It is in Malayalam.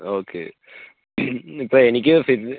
ഓക്കെ ഇപ്പം എനിക്ക് ഫിറ്റ്നെ